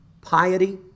piety